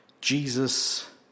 Jesus